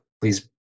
please